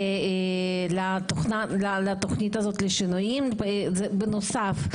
לתכנית הזאת לשינויים בנוסף,